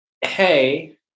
Hey